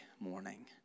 morning